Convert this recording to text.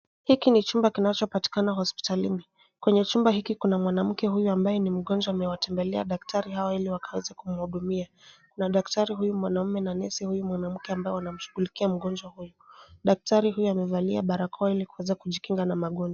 Hiki ni chumba kinachopatikana hospitalini. Kwenye chumba hiki kuna mwanamke huyu ambaye ni mgonjwa amewatembelea daktari hawa ili wakaweze kumuhudumia. Na daktari huyu mwanaume na nesi huyu mwanamke ambao wanamshughulikia mgonjwa huyu. Daktari huyu amevalia barakoa ili kuweza kujikinga na magonjwa.